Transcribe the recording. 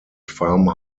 farm